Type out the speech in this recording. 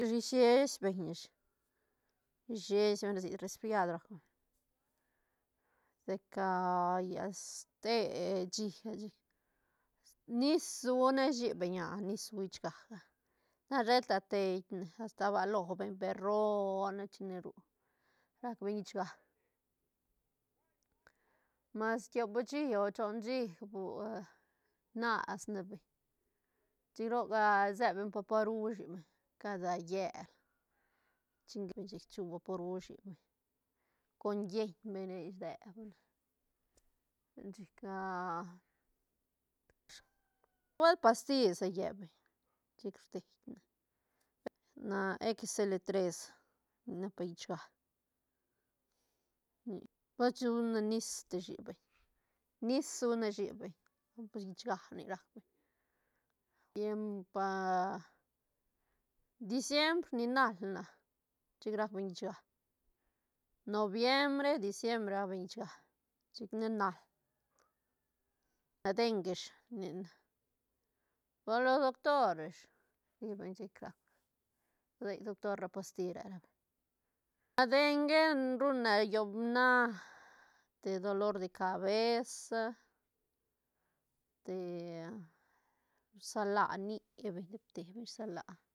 Risies beñ ish risies beñ sic resfriad rac beñ sica lla ste shíga chic nis sune shi beñ ah nis guich gaga na sheta tein ne asta balo beñ per rrone chine ru rac beñ llechga mas tiop shí o choon shí bua nas ne beñ chic ro rsel beñ vaporu shibeñ cada llel chu vaporu shibeñ con yieñ beñ rre rdeb ne ten chi ca nubuelt pasti si lle beñ chic rdeine na exis ele tres ni nac par llechga ni bashune nis ti shibeñ nis sune shibeñ por llechga ni rac beñ tiempa diciembr ni nal na chic rac beñ llechga noviembre, diciembre rac beñ llechga chic ne nal dengue ish ni na pues lo doctor ish ri beñ rdei doctor ra pasti re ra beñ, dengue ruñ ne yobna te dolor de cabeza te rsala ni beñ depte beñ rsala